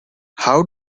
how